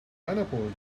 pineapple